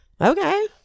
Okay